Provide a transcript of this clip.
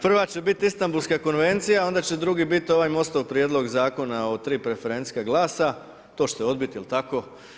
Prva će biti Istambulska konvencija, a onda će drugi biti ovaj MOST-ov prijedlog Zakona o tri preferencijska glasa, to ćete odbiti, jel tako?